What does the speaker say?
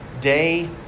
day